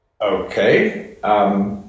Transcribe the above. Okay